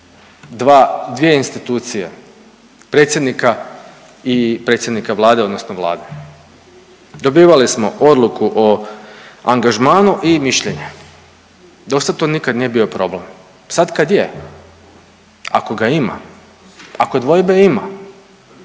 dvije institucije, predsjednika i predsjednika Vlade odnosno Vlade. Dobivali smo odluku o angažmanu i mišljenje. Do sad to nikad nije bio problem, sad kad je ako ga ima, ako dvojbe ima